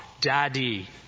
Daddy